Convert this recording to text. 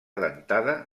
dentada